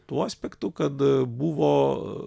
tuo aspektu kad buvo